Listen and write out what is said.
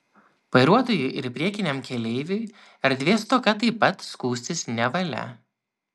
vairuotojui ir priekiniam keleiviui erdvės stoka taip pat skųstis nevalia